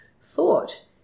thought